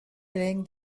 playing